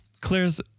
Claire's